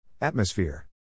Atmosphere